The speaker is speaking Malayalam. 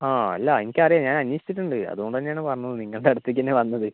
ആ അല്ല എനിക്കറിയാം ഞാൻ അന്വേഷിച്ചിട്ടുണ്ട് അതുകൊണ്ട് തന്നെയാണ് വന്നത് നിങ്ങളുടെ അടുത്തേക്കുത്തന്നെ വന്നത്